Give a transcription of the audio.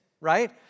right